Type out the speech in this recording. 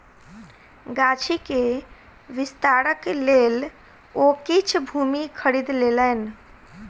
गाछी के विस्तारक लेल ओ किछ भूमि खरीद लेलैन